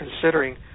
considering